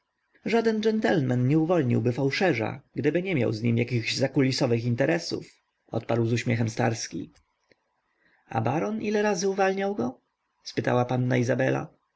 żaden dżentlmen nie uwolniłby fałszerza gdyby nie miał z nim jakichś zakulisowych interesów odparł z uśmiechem starski a baron ile razy uwalniał go spytała panna izabela